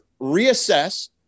reassess